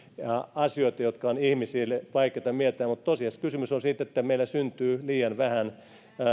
asioita jotka ovat ihmisille vaikeita mieltää mutta tosiasiassa kysymys on siitä että meillä syntyy liian vähän